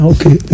Okay